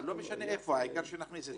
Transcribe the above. לא משנה איפה, העיקר שנכניס את זה.